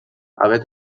haver